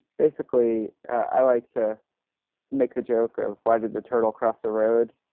basically, i like to make the joke of why did the turtle cross the road?